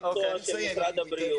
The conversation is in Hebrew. והמשלימה,